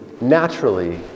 naturally